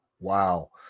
Wow